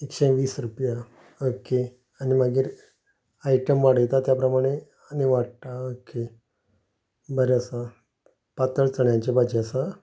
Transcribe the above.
एकशें वीस रुपया ओके आनी मागीर आयटम वाडयता त्या प्रमाणे आनी वाडटा ओके बरें आसा पातळ चण्याची भाजी आसा